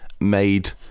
Made